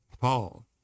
Paul